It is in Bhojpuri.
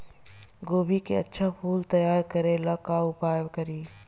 गोभी के अच्छा फूल तैयार करे ला का उपाय करी?